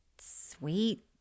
sweet